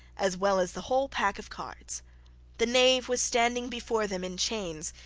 as well as the whole pack of cards the knave was standing before them, in chains,